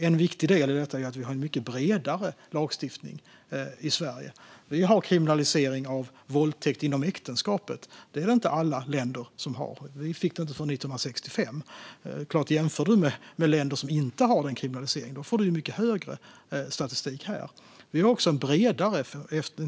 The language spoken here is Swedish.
En viktig del i detta är att vi har en mycket bredare lagstiftning i Sverige. Vi har kriminalisering av våldtäkt inom äktenskapet. Det är det inte alla länder som har - vi fick det inte förrän 1965 - och jämför du då med länder som inte har den kriminaliseringen får du en mycket högre statistik här.